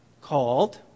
called